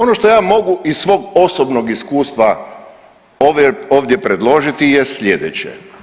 Ono što je mogu iz svog osobnog iskustva ovdje predložiti je slijedeće.